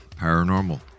paranormal